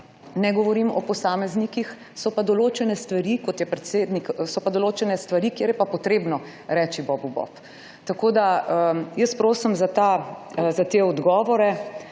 ne govorim o posameznikih. So pa določene stvari, kjer je pa treba reči bobu bob. Tako da jaz prosim za odgovore,